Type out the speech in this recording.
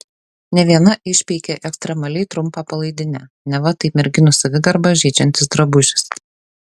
ne viena išpeikė ekstremaliai trumpą palaidinę neva tai merginų savigarbą žeidžiantis drabužis